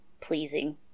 pleasing